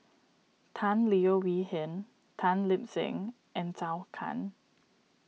Tan Leo Wee Hin Tan Lip Seng and Zhou Can